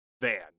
van